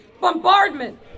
bombardment